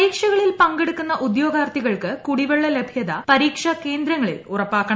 പരീക്ഷകളിൽ പങ്കെടുക്കുന്ന ഉദ്യോഗ്ലാർത്ഥികൾക്ക് കുടിവെള്ള ലഭ്യത പരീക്ഷ കേന്ദ്രങ്ങളിൽ ഉറപ്പാക്കണം